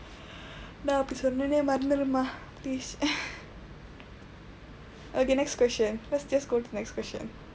நான் அப்படி சொன்னேன்னு மறந்திரு மா:naan appadi soneennu marandthiru maa please okay next question let's just go to the next question